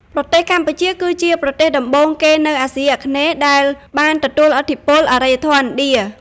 ប្រទេសកម្ពុជា គឺជាប្រទេសដំបូងគេនៅអាស៊ីអាគ្នេយ៍ដែលបានទទួលឥទ្ធិពលអរិយធម៌ឥណ្ឌា។